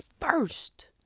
first